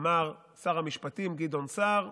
אמר שר המשפטים גדעון סער,